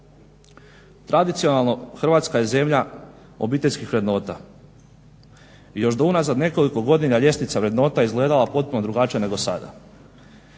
tradicionalno Hrvatska je zemlja obiteljskih vrednota i još do unazad nekoliko godina ljestvica vrednota je izgledala potpuno drugačije nego sada.